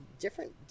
different